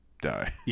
die